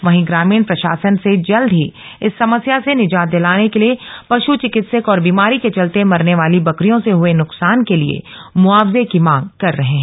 वहीं ग्रामीण प्रशासन से जल्द ही इस समस्या से निजात दिलाने के लिए पश् चिकित्सक और बीमारी के चलते मरने वाली बकरियों से हुए नुकसान के लिए मुआवजे की मांग कर रहे हैं